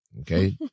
okay